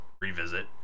revisit